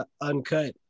uncut